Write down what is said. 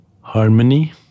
harmony